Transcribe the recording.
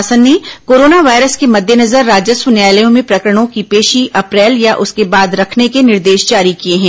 राज्य शासन ने कोरोना वायरस के मद्देनजर राजस्व न्यायालयों में प्रकरणों की पेशी अप्रैल या उसके बाद रखने के निर्देश जारी किए हैं